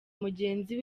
mugenzi